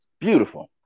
beautiful